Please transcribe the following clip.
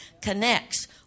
connects